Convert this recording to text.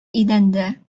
идәндә